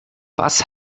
was